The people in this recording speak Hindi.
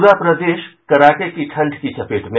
पूरा प्रदेश कड़ाके की ठंड की चपेट में